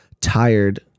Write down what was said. tired